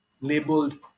labeled